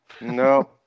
No